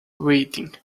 waiting